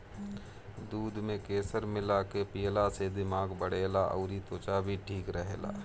दूध में केसर मिला के पियला से दिमाग बढ़ेला अउरी त्वचा भी ठीक रहेला